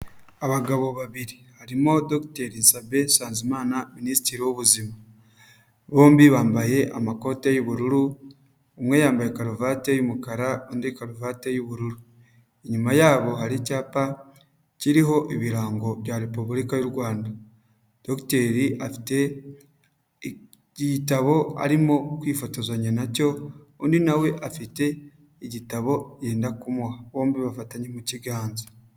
Abagabo babiri harimo dogiteri Sabin Nsanzimana minisitiri w'ubuzima, bombi bambaye amakote y'ubururu umwe yambaye karuvati y'umukara undi karuvati y'ubururu. Inyuma ya bo hari icyapa kiriho ibirango bya repubulika y'u Rwanda dogiteri afite igitabo arimo kwifotozanya nacyo undi nawe afite igitabo yenda kumuha bombi bafatanya mu kiganza.